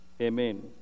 Amen